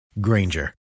Granger